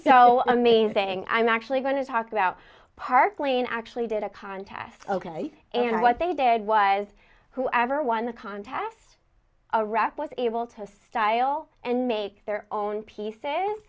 so amazing i'm actually going to talk about park lane actually did a contest ok and what they did was whoever won the contest a rock was able to style and make their own pieces